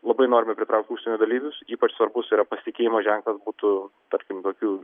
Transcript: labai norime pritraukt užsienio dalyvius ypač svarbus yra pasitikėjimo ženklas būtų tarkim tokių